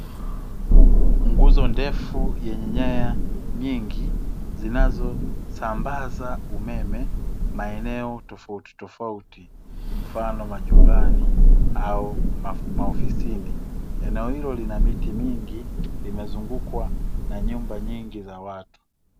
Nguzo ndefu yenye nyaya nyingi zinazosambaza umeme maeneo tofautitofauti mfano majumbani au maofisini. Eneo hilo lina miti mingi limezungukwa na nyumba nyingi za watu.